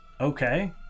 Okay